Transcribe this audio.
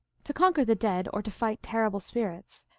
to conquer the dead, or to fight terrible spirits,